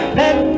let